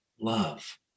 love